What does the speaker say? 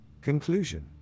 Conclusion